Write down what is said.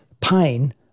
pain